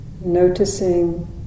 Noticing